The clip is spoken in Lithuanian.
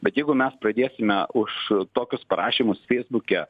bet jeigu mes pradėsime už tokius parašymus feisbuke